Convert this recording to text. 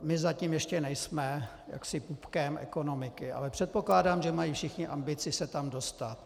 My zatím ještě nejsme jaksi pupkem ekonomiky, ale předpokládám, že mají všichni ambici se tam dostat.